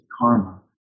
karma